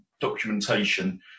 documentation